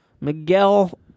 Miguel